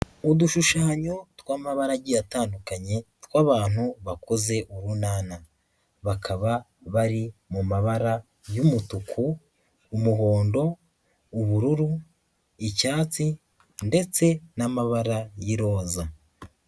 Udushushanyo tw'amabara agiye atandukanye twabantu bakoze urunana. Bakaba bari mu mabara y'umutuku, umuhondo, ubururu, icyatsi ndetse n'amabara y'iroza.